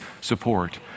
support